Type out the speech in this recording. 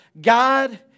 God